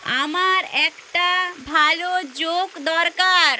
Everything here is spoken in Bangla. আমার একটা ভালো জোক দরকার